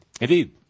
Indeed